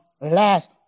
Last